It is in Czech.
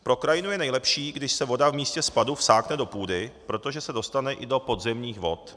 Pro krajinu je nejlepší, když se voda v místě spadu vsákne do půdy, protože se dostane i do podzemních vod.